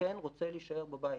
הזקן רוצה להישאר בבית